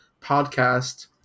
podcast